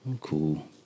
cool